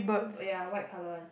ya white colour one